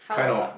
how about